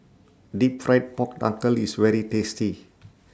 Deep Fried Pork Knuckle IS very tasty